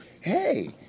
hey